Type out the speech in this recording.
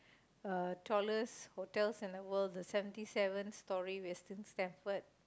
uh tallest hotels in the world the seventy seven story with